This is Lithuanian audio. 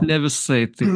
ne visai taip